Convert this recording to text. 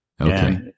Okay